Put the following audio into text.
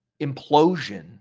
implosion